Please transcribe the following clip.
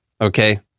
okay